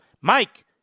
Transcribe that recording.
Mike